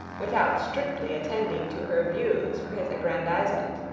without strictly attending to her views for his aggrandizement